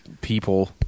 people